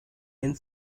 and